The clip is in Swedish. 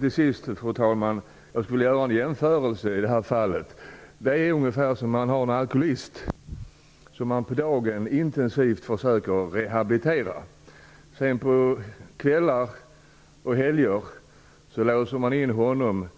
Till sist, fru talman, vill jag göra en jämförelse: Detta är ungefär som om man på dagarna försöker rehabilitera en alkoholist och på kvällarna och helgerna låser in honom